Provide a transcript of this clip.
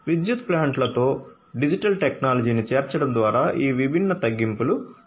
విద్యుత్ ప్లాంట్తో డిజిటల్ టెక్నాలజీని చేర్చడం ద్వారా ఈ విభిన్న తగ్గింపులు చేయవచ్చు